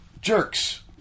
Jerks